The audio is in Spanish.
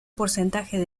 porcentaje